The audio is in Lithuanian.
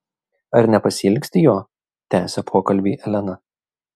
ar nepasiilgsti jo tęsia pokalbį elena